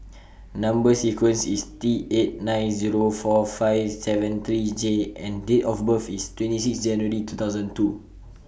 Number sequence IS T eight nine Zero four five seven three J and Date of birth IS twenty six January two thousand and two